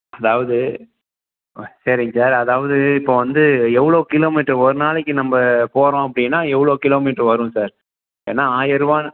அதாவது சரிங்க சார் அதாவது இப்போ வந்து எவ்வளோ கிலோ மீட்டர் ஒரு நாளைக்கு நம்ப போகறோம் அப்படின்னா எவ்வளோ கிலோ மீட்டர் வரும் சார் வேணா ஆயர்ரூவா